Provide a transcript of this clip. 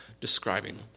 describing